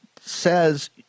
says